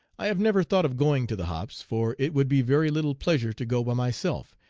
i have never thought of going to the hops, for it would be very little pleasure to go by myself,